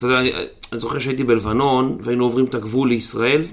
אתה יודע, אני זוכר שהייתי בלבנון, והיינו עוברים את הגבול לישראל.